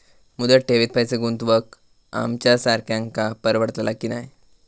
मुदत ठेवीत पैसे गुंतवक आमच्यासारख्यांका परवडतला की नाय?